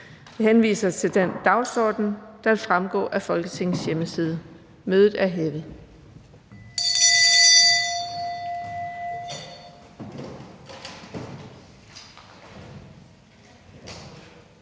Jeg henviser til den dagsorden, der vil fremgå af Folketingets hjemmeside. Mødet er hævet.